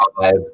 five